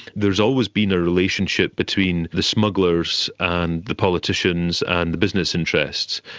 there has always been a relationship between the smugglers and the politicians and the business interests,